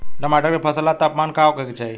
टमाटर के फसल ला तापमान का होखे के चाही?